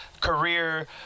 career